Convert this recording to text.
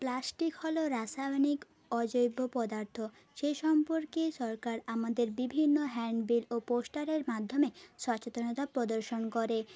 plastic হল রাসায়নিক অজৈব পদার্থ সেই সম্পর্কে সরকার আমাদের বিভিন্ন হ্যান্ডবিল ও পোস্টারের মাধ্যমে সচেতনতা প্রদর্শন করে